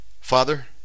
Father